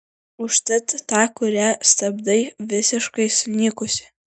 užtat ta kuria stabdai visiškai sunykusi